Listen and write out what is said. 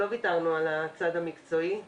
לא ויתרנו על הצד המקצועי.